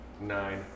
nine